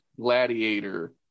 gladiator